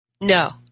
No